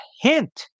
hint